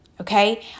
okay